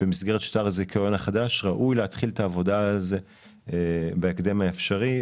במסגרת שטר הזיכיון החדש ראוי להתחיל את העבודה בהקדם האפשרי,